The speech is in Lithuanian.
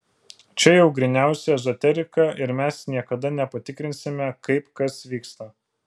čia jau gryniausia ezoterika ir mes niekada nepatikrinsime kaip kas vyksta